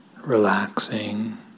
relaxing